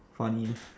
funny